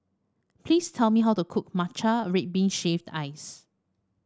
please tell me how to cook Matcha Red Bean Shaved Ice